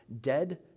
dead